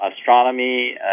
astronomy